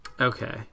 Okay